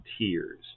tears